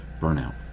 burnout